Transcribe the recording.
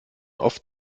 oft